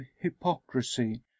hypocrisy